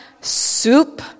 soup